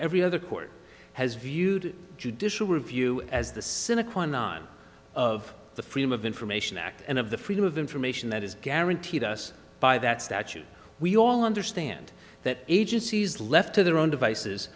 every other court has viewed judicial review as the cynic wanna of the freedom of information act and of the freedom of information that is guaranteed us by that statute we all understand that agencies left to their own devices